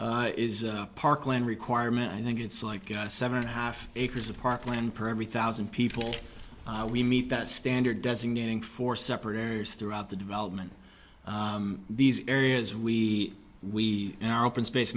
is parkland requirement i think it's like seven and a half acres of parkland per me thousand people we meet that standard designating four separate areas throughout the development these areas we we are open space